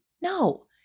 No